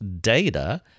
data